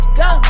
go